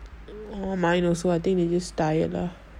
oh mine also I think they just tired lah